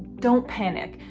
don't panic,